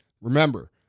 Remember